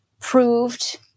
proved